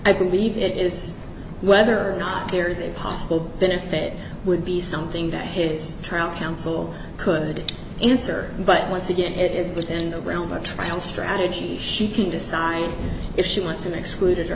i believe it is whether or not there is a possible benefit would be something that his trial counsel could answer but once again it is within the realm of trial strategy she can decide if she wants him excluded or